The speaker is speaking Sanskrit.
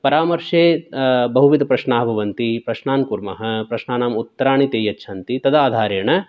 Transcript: परामर्शे बहुविधप्रश्नाः भवन्ति प्रश्नान् कुर्मः प्रश्नानाम् उत्तराणि ते यच्छन्ति तदाधारेण